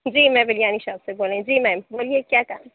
جی میں بریانی شاپ سے بول رہی جی میم بولیے کیا کام